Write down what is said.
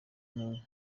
ntuye